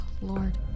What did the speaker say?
lord